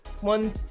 one